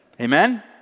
Amen